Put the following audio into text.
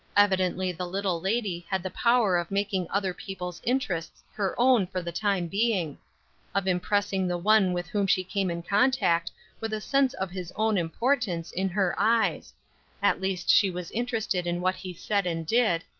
evidently the little lady had the power of making other people's interests her own for the time being of impressing the one with whom she came in contact with a sense of his own importance, in her eyes at least she was interested in what he said and did,